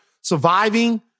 surviving